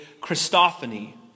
Christophany